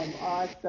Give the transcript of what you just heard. awesome